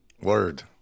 Word